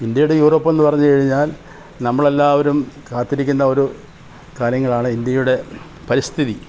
ഇന്ത്യയുടെ യൂറോപ്പ് എന്ന് പറഞ്ഞുകഴിഞ്ഞാൽ നമ്മൾ എല്ലാവരും കാത്തിരിക്കുന്ന ഒരു കാര്യങ്ങളാണ് ഇന്ത്യയുടെ പരിസ്ഥിതി